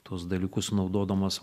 tuos dalykus naudodamas